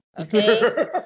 Okay